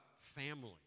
family